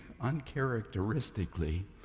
uncharacteristically